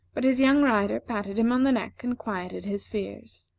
but his young rider patted him on the neck, and quieted his fears.